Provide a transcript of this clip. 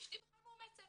אשתי בכלל מאומצת,